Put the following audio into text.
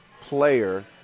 player